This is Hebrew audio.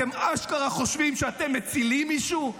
אתם אשכרה חושבים שאתם מצילים מישהו?